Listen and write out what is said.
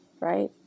right